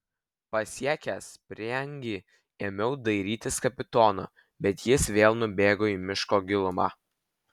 pasiekęs prieangį ėmiau dairytis kapitono bet jis vėl nubėgo į miško gilumą